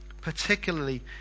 particularly